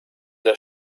der